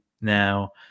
now